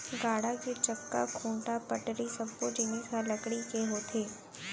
गाड़ा के चक्का, खूंटा, पटरी सब्बो जिनिस ह लकड़ी के होथे